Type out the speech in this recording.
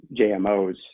JMOs